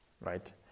right